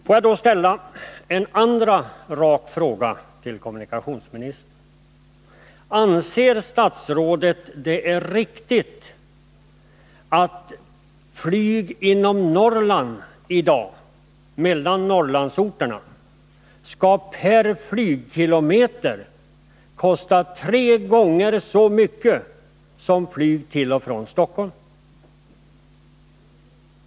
Får jag ställa en annan rak fråga till kommunikationsministern: Anser statsrådet att det är riktigt att flyg inom Norrland i dag, mellan Norrlandsorterna, per flygkilometer skall kosta tre gånger så mycket som flyg till och från Stockholm?